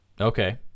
Okay